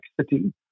complexity